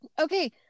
Okay